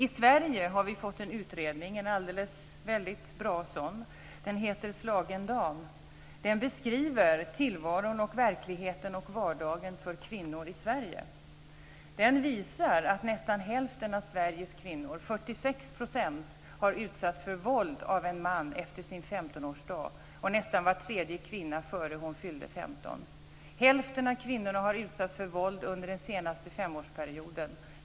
I Sverige har vi fått en utredning, en väldigt bra sådan som heter Slagen dam. Den beskriver tillvaron, verkligheten och vardagen för kvinnor i Sverige. Den visar att nästan hälften av Sveriges kvinnor, 46 %, har utsatts för våld av en man efter sin 15-årsdag och nästan var tredje kvinna innan hon fyllde 15. Hälften av kvinnorna har utsatts för våld under den senaste femårsperioden.